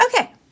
Okay